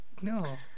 No